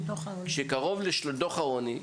דוח העוני,